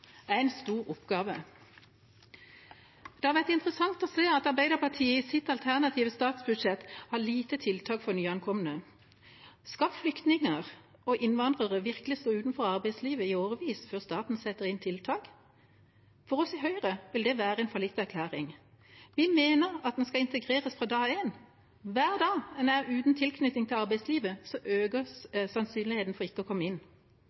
er en stor oppgave. Det har vært interessant å se at Arbeiderpartiet i sitt alternative statsbudsjett har få tiltak for nyankomne. Skal flyktninger og innvandrere virkelig stå utenfor arbeidslivet i årevis før staten setter inn tiltak? For oss i Høyre vil det være en fallitterklæring. Vi mener at en skal integreres fra dag én. Hver dag en er uten tilknytning til arbeidslivet, øker sannsynligheten for ikke å komme inn.